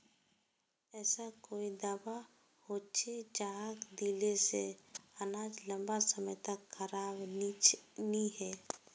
ऐसा कोई दाबा होचे जहाक दिले से अनाज लंबा समय तक खराब नी है?